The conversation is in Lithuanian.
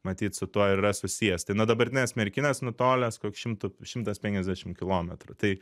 matyt su tuo ir yra susijęs tai nuo dabartinės merkinės nutolęs koks šimtu šimtas penkiasdešimt kilometrų tai